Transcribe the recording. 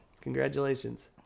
Congratulations